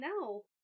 No